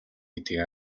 гэдгийг